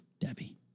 Debbie